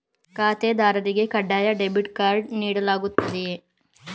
ಖಾತೆದಾರರಿಗೆ ಕಡ್ಡಾಯ debit card ನೀಡಲಾಗುತ್ತದೆಯೇ?